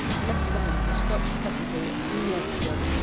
collected among the scotch peasantry a few years ago,